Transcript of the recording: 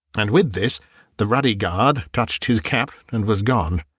and with this the ruddy guard touched his cap and was gone.